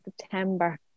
September